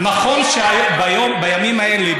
נכון שבימים האלה,